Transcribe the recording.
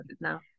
now